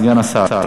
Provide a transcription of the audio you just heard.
סגן השר?